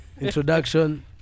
Introduction